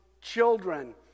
children